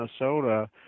minnesota